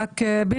חבר הכנסת בליאק,